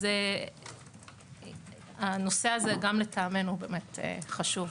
לכן גם לטעמנו הנושא הזה חשוב.